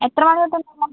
എത്ര മണി തൊട്ട്